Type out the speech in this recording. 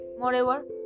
Moreover